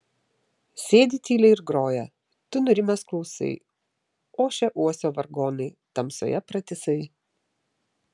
sėdi tyliai ir groja tu nurimęs klausai ošia uosio vargonai tamsoje pratisai